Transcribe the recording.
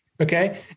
Okay